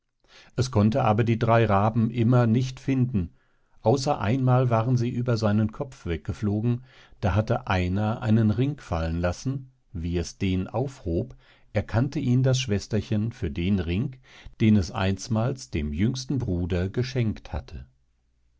es konnte aber die drei raben immer nicht finden außer einmal waren sie über seinen kopf weggeflogen da hatte einer einen ring fallen lassen wie es den aufhob erkannte ihn das schwesterchen für den ring den es einsmals dem jüngsten bruder geschenkt hatte